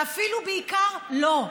זה אפילו בעיקר לא.